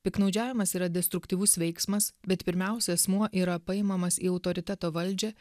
piktnaudžiavimas yra destruktyvus veiksmas bet pirmiausia asmuo yra paimamas į autoriteto valdžią